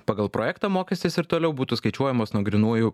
pagal projektą mokestis ir toliau būtų skaičiuojamas nuo grynųjų